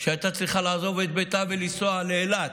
שהייתה צריכה לעזוב את ביתה ולנסוע לאילת,